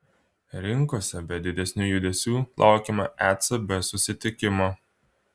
rinkose be didesnių judesių laukiama ecb susitikimo